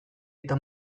eta